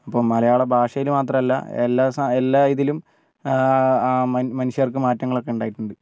അപ്പോൾ മലയാള ഭാഷയിൽ മാത്രമല്ല എല്ലാ സ എല്ലാ ഇതിലും മനുഷ്യർക്ക് മാറ്റങ്ങളൊക്കെ ഉണ്ടായിട്ടുണ്ട്